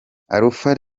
alpha